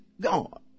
God